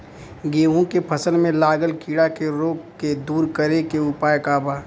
गेहूँ के फसल में लागल कीड़ा के रोग के दूर करे के उपाय का बा?